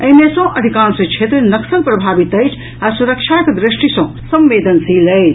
एहि मे सँ अधिकांश क्षेत्र नक्सल प्रभावित अछि आ सुरक्षाक दृष्टि सँ संवेदनशील अछि